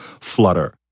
flutter